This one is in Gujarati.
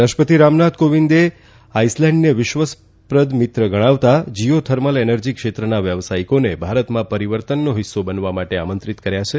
રાષ્ટ્રપતિ રામનાથ કોવિંદે આઈસલેન્ડને વિશ્વાસપ્રદ મિત્ર ગણાવતાને જીઓ થર્મલ એનર્જી ક્ષેત્રના વ્યાવસાયિકોને ભારતમાં પરિવર્તનનો હિસ્સો બનવા માટે આમંત્રિત કર્યા છે